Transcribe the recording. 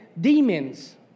demons